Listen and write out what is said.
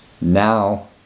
now